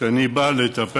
כשאני בא לדבר